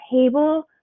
table